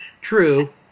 True